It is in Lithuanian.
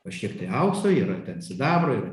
kažkiek tai aukso yra ten sidabro ir